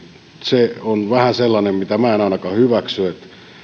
se on vähän sellainen mitä minä en ainakaan hyväksy